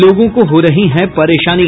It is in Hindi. लोगों को हो रही है परेशानी